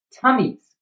tummies